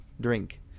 drink